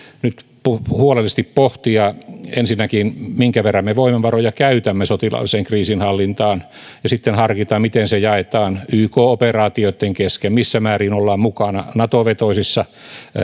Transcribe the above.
nyt huolellisesti pohtia ensinnäkin minkä verran me voimavaroja käytämme sotilaalliseen kriisinhallintaan ja sitten harkita miten se jaetaan yk operaatioitten kesken missä määrin ollaan mukana nato vetoisissa